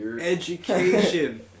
Education